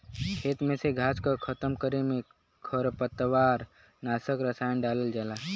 खेते में से घास के खतम करे में खरपतवार नाशक रसायन डालल जाला